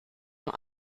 nur